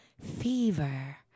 fever